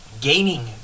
gaining